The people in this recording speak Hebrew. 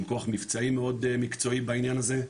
עם כוח מבצעי מאוד מקצועי בעניין הזה.